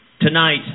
Tonight